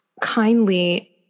kindly